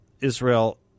Israel